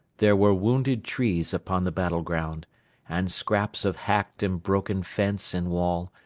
there were wounded trees upon the battle ground and scraps of hacked and broken fence and wall,